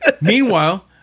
Meanwhile